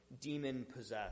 demon-possessed